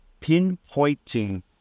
pinpointing